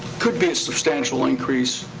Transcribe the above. could be a substantial increase,